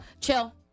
chill